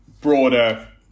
broader